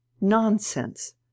Nonsense